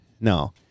No